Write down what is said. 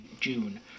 june